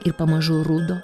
ir pamažu rudo